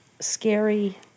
scary